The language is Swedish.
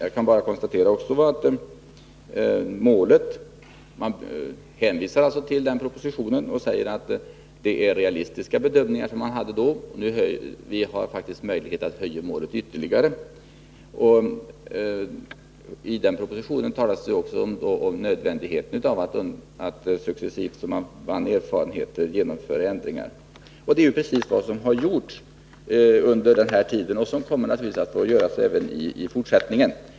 Jag konstaterar också att man hänvisar till den propositionen och beträffande målet säger att de bedömningar som gjorts var realistiska — vi har nu faktiskt möjlighet att höja målet ytterligare. I den propositionen talades också om nödvändigheten av att man successivt, efter hand som man vann erfarenheter, genomförde ändringar. Det är också precis vad som har gjorts under tiden. Så kommer man naturligtvis att göra även i fortsättningen.